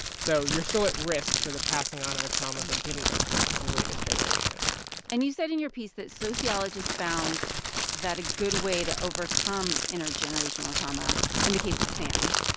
so you're still at risk for the passing on of a trauma that didn't occur to the latest generation and you said in your piece that sociologists found that a good way to overcome intergenerational trauma, in the case of sam,